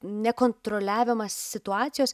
nekontroliavimas situacijos